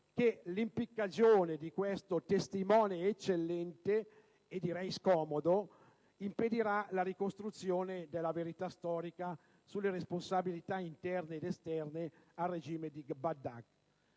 che l'impiccagione di questo testimone eccellente e, direi, scomodo impedirà la ricostruzione della verità storica sulle responsabilità interne ed esterne al regime di Baghdad.